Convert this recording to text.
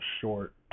short